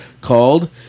called